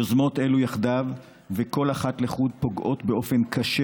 יוזמות אלו יחדיו וכל אחת לחוד פוגעות באופן קשה